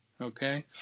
okay